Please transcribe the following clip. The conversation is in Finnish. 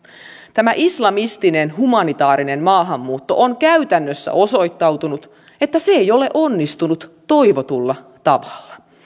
tämä islamistinen humanitaarinen maahanmuutto on käytännössä osoittautunut sellaiseksi että se ei ole onnistunut toivotulla tavalla